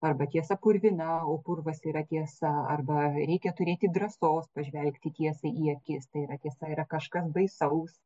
arba tiesa purvina o purvas yra tiesa arba reikia turėti drąsos pažvelgti tiesai į akis tai yra tiesa yra kažkas baisaus